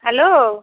hello